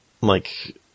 like-